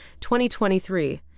2023